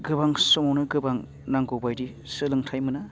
गोबां समावनो गोबां नांगौ बायदि सोलोंथाइ मोना